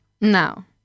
Now